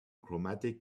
chromatic